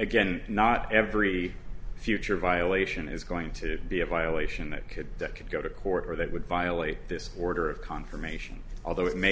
again not every future violation is going to be a violation that could that could go to court or that would violate this order of confirmation although it may